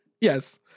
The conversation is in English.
Yes